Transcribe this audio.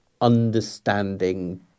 understanding